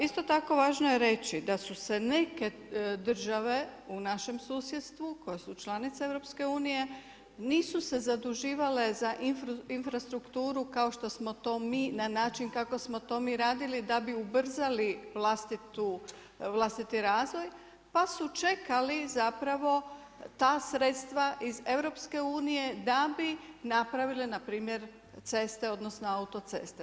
Isto tako važno je reći da su se neke države u našem susjedstvu koje su članice EU nisu se zaduživale za infrastrukturu kao što smo to mi na način kako smo to mi radili da bi ubrzali vlastiti razvoj pa su čekali zapravo ta sredstva iz EU da bi napravili npr. ceste, odnosno autoceste.